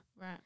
right